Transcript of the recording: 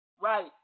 right